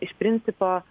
į iš principo